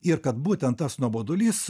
ir kad būtent tas nuobodulys